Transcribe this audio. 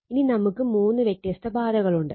ഇനി നമുക്ക് 3 വ്യത്യസ്ത പാതകളുണ്ട്